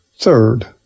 Third